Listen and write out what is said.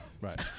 Right